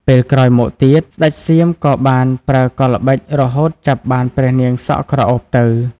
ពេលក្រោយមកទៀត ស្តេចសៀមក៏បានប្រើកលល្បិចរហូតចាប់បានព្រះនាងសក់ក្រអូបទៅ។